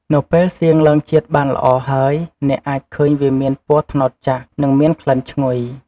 នៅពេលសៀងឡើងជាតិបានល្អហើយ អ្នកអាចឃើញវាមានពណ៌ត្នោតចាស់ និងមានក្លិនឈ្ងុយ។